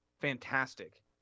fantastic